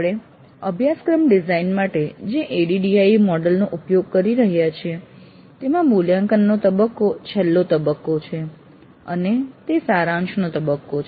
આપણે અભ્યાસક્રમ ડિઝાઇન માટે જે ADDIE મોડેલ નો ઉપયોગ કરી રહ્યા છીએ તેમાં મૂલ્યાંકનનો તબક્કો છેલ્લો તબક્કો છે અને તે સારાંશનો તબક્કો છે